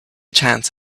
chance